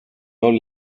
all